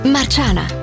Marciana